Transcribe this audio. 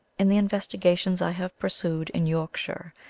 in the investigations i have pursued in yorkshire,